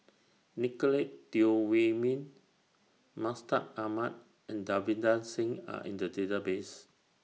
Nicolette Teo Wei Min Mustaq Ahmad and Davinder Singh Are in The Database